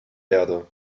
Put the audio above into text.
erde